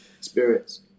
Spirits